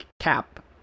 cap